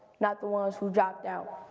not the ones who dropped out.